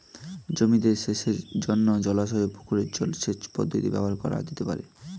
জমিতে সেচের জন্য জলাশয় ও পুকুরের জল সেচ পদ্ধতি ব্যবহার করা যেতে পারে?